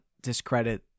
discredit